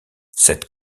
cette